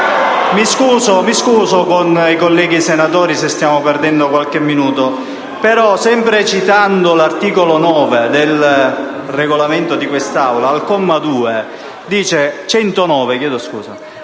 Mi scuso con i colleghi senatori se stiamo perdendo qualche minuto, però, sempre citando l'articolo 109 del Regolamento di quest'Aula, al comma 2 si legge: «Fatta